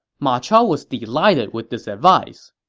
ma chao was delighted with this advice.